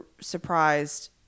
surprised